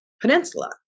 peninsula